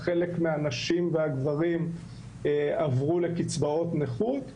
חלק מהנשים והגברים עברו לקצבאות נכות,